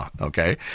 okay